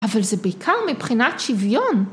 ‫אבל זה בעיקר מבחינת שוויון.